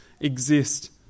exist